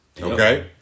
Okay